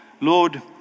Lord